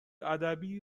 ادبی